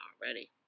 already